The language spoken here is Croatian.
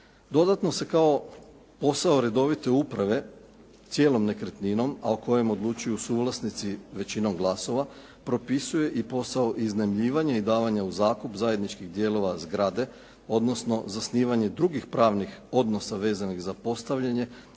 Dodatno se kao posao redovite uprave cijelom nekretninom a o kojem odlučuju suvlasnici većinom glasova propisuje i posao iznajmljivanja i davanja u zakup zajedničkih dijelova zgrade odnosno zasnivanje drugih pravnih odnosa vezanih za postavljanje,